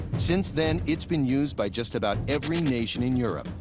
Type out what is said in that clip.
since then, it's been used by just about every nation in europe,